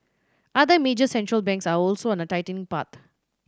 other major Central Banks are also on a tightening path